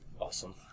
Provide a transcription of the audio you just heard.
Awesome